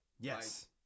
Yes